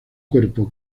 cuerpo